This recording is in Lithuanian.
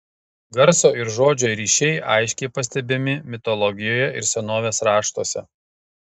garso ir žodžio ryšiai aiškiai pastebimi mitologijoje ir senovės raštuose